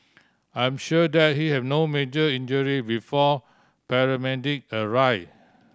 I'm sure that he had no major injury before paramedic arrive